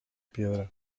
piedra